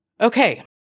Okay